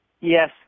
Yes